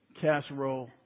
Casserole